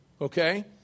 okay